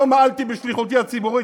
לא מעלתי בשליחותי הציבורית,